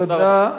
תודה.